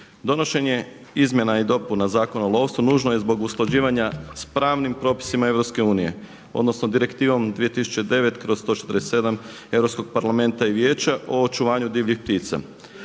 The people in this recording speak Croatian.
Donošenje Izmjena i dopuna Zakona o lovstvu nužno je zbog usklađivanja sa pravnim propisima EU, odnosno Direktivom 2009/147 Europskog parlamenta i Vijeća o očuvanju divljih ptica.